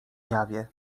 jawie